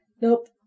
Nope